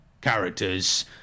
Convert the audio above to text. characters